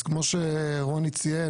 אז כמו שרוני ציין,